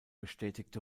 bestätigte